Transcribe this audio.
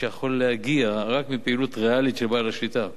שיכול להגיע רק מפעילות ריאלית של בעל השליטה.